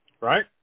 Right